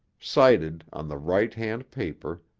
sighted on the right-hand paper,